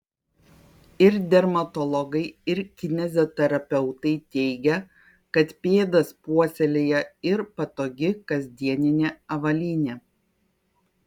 ir dermatologai ir kineziterapeutai teigia kad pėdas puoselėja ir patogi kasdieninė avalynė